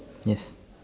yes